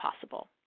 possible